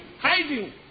hiding